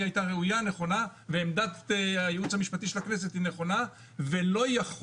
הייתה ראויה ועמדת הייעוץ המשפטי של הכנסת היא נכונה ולא יכול